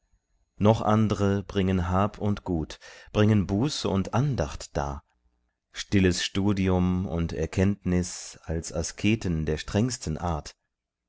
noch andre bringen hab und gut bringen buße und andacht dar stilles studium und erkenntnis als asketen der strengsten art